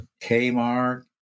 Kmart